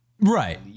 Right